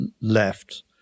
left